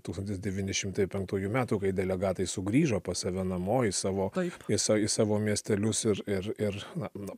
tūkstantis devyni šimtai penktųjų metų kai delegatai sugrįžo pas save namo į savo į sa savo miestelius ir ir ir na nu